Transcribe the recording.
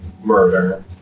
murder